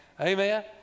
Amen